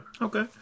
okay